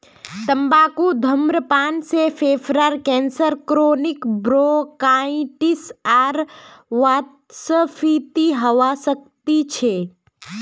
तंबाकू धूम्रपान से फेफड़ार कैंसर क्रोनिक ब्रोंकाइटिस आर वातस्फीति हवा सकती छे